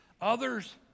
others